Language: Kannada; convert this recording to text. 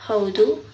ಹೌದು